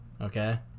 okay